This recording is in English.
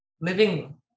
living